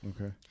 okay